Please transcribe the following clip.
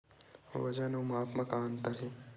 वजन अउ माप म का अंतर हे?